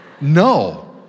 No